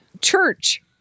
Church